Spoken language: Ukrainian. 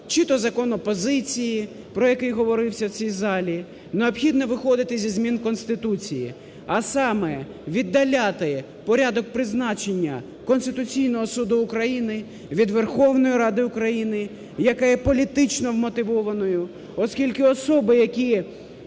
чи то закон опозиції, про який говорилося в цій залі, необхідно виходити зі змін в Конституцію, а саме: віддаляти порядок призначення Конституційного Суду України від Верховної Ради України, яка є політично вмотивованою. Оскільки особи, які